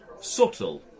subtle